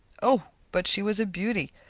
oh! but she was a beauty!